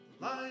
Life